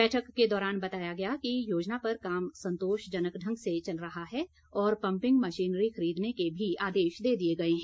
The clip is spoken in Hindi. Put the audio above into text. बैठक के दौरान बताया गया कि योजना पर काम संतोषजनक ढंग से चल रहा है और पंपिंग मशीनरी खरीदने के भी आदेश दे दिए गए हैं